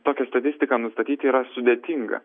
tokią statistiką nustatyti yra sudėtinga